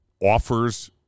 offers